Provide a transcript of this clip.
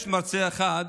יש מרצה אחד